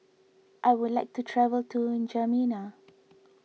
I would like to travel to N'Djamena